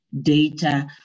data